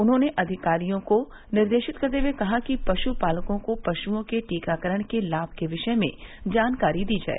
उन्होंने अधिकारियों को निर्देशित करते हुए कहा कि पशुपालकों को पशुओं के टीकाकरण के लाभ के विषय में जानकारी दी जाय